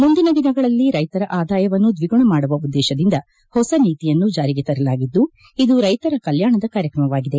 ಮುಂದಿನ ದಿನಗಳಲ್ಲಿ ರೈತರ ಆದಾಯವನ್ನು ದ್ವಿಗುಣ ಮಾಡುವ ಉದ್ಲೇತದಿಂದ ಹೊಸ ನೀತಿಯನ್ನು ಜಾರಿಗೆ ತರಲಾಗಿದ್ಲು ಇದು ರೈತರ ಕಲ್ಲಾಣದ ಕಾರ್ಯಕ್ರಮವಾಗಿದೆ